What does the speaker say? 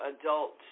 adult